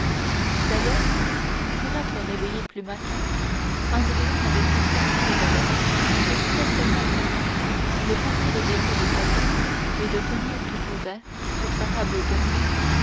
d'ailleurs pour être réveillé plus matin andrea n'avait point fermé ses volets et s'était seulement contenté de pousser les verrous de sa porte et de tenir tout ouvert sur sa table de nuit